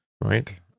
right